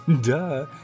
Duh